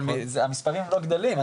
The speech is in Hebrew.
המספרים לא גדלים.